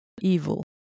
evil